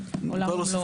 עולם ומלואו.